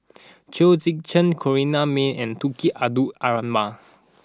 Chong Tze Chien Corrinne May and Tunku Abdul Rahman